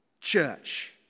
church